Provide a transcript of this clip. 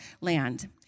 land